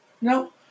No